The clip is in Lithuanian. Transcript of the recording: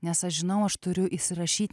nes aš žinau aš turiu įsirašyt